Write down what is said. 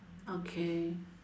okay